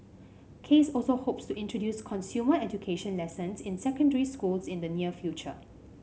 case also hopes to introduce consumer education lessons in secondary schools in the near future